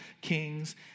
kings